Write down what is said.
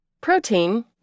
protein